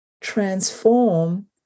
transform